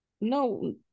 no